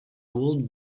would